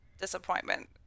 disappointment